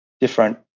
different